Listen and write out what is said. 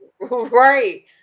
Right